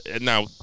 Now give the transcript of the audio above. Now